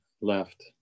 left